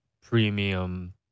premium